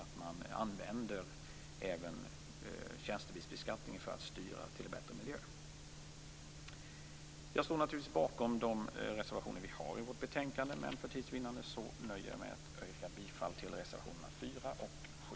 Även tjänstebilsbeskattningen bör användas för att styra mot en bättre miljö. Jag står naturligtvis bakom de reservationer som vi har i betänkandet, men för tids vinnande nöjer jag mig med att yrka bifall till reservationerna 4 och 7.